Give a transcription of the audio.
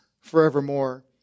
forevermore